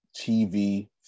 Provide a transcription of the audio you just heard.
TV